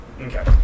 Okay